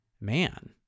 man